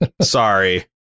sorry